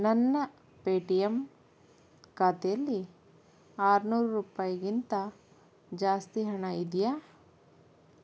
ನನ್ನ ಪೇಟಿಎಮ್ ಖಾತೇಲಿ ಆರ್ನೂರು ರೂಪಾಯಿಗಿಂತ ಜಾಸ್ತಿ ಹಣ ಇದೆಯಾ